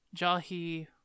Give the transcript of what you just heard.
Jahi